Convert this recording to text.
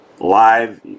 live